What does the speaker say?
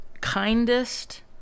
kindest